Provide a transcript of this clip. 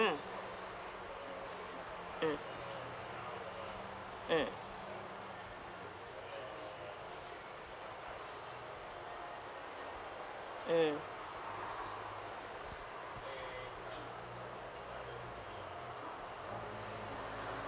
mm mm mm mm